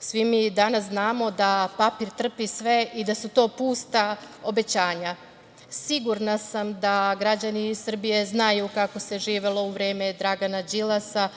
Svi mi danas znamo da papir trpi sve i da su to pusta obećanja. Sigurna sam da građani Srbije znaju kako se živelo u vreme Dragana Đilasa